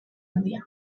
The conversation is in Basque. handia